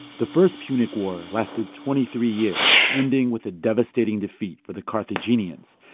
the first punic war lasted twenty three years, ending with a devastating defeat for the carthaginians.